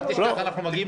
אל תשכח שאנחנו מגיעים